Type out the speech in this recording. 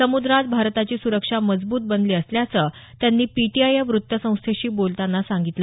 समुद्रात भारताची सुरक्षा मजबूत बनली असल्याचं त्यांनी पीटीआय या वृत्तसंस्थेशी बोलताना सांगितलं